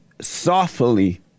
softly